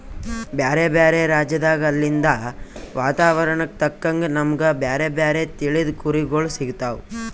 ಬ್ಯಾರೆ ಬ್ಯಾರೆ ರಾಜ್ಯದಾಗ್ ಅಲ್ಲಿಂದ್ ವಾತಾವರಣಕ್ಕ್ ತಕ್ಕಂಗ್ ನಮ್ಗ್ ಬ್ಯಾರೆ ಬ್ಯಾರೆ ತಳಿದ್ ಕುರಿಗೊಳ್ ಸಿಗ್ತಾವ್